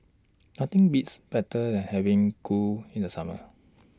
Nothing Beats Better and having Kuih in The Summer